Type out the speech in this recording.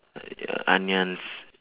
ya onions